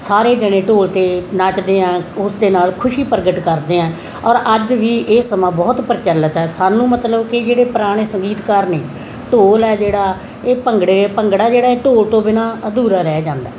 ਸਾਰੇ ਜਣੇ ਢੋਲ 'ਤੇ ਨੱਚਦੇ ਹਾਂ ਉਸ ਦੇ ਨਾਲ ਖੁਸ਼ੀ ਪ੍ਰਗਟ ਕਰਦੇ ਹਾਂ ਔਰ ਅੱਜ ਵੀ ਇਹ ਸਮਾਂ ਬਹੁਤ ਪ੍ਰਚਲਿਤ ਹੈ ਸਾਨੂੰ ਮਤਲਬ ਕਿ ਜਿਹੜੇ ਪੁਰਾਣੇ ਸੰਗੀਤਕਾਰ ਨੇ ਢੋਲ ਹੈ ਜਿਹੜਾ ਇਹ ਭੰਗੜੇ ਭੰਗੜਾ ਜਿਹੜਾ ਇਹ ਢੋਲ ਤੋਂ ਬਿਨਾਂ ਅਧੂਰਾ ਰਹਿ ਜਾਂਦਾ